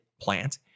plant